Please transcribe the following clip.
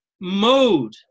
mode